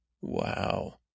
Wow